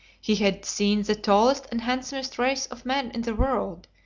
he had seen the tallest and handsomest race of men in the world,